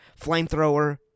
flamethrower